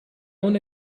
own